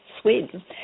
Sweden